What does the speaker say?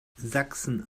sachsen